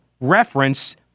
reference